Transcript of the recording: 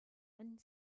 and